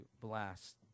blast